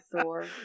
Thor